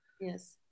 Yes